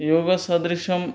योगसदृशं